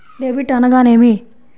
Debit అనగానేమి?